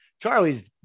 Charlie's